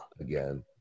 again